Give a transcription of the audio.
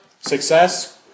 Success